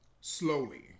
slowly